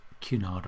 Cunard